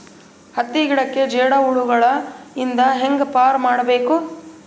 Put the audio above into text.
ಹತ್ತಿ ಗಿಡಕ್ಕೆ ಜೇಡ ಹುಳಗಳು ಇಂದ ಹ್ಯಾಂಗ್ ಪಾರ್ ಮಾಡಬೇಕು?